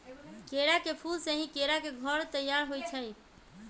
केरा के फूल से ही केरा के घौर तइयार होइ छइ